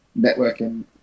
networking